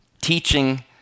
teaching